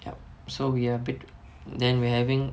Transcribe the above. yup so we're a bit then we're having